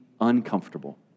uncomfortable